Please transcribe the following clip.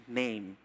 name